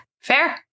fair